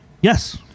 Yes